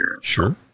Sure